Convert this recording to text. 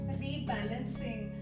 rebalancing